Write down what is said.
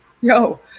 yo